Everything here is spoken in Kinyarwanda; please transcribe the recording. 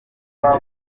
twa